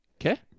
Okay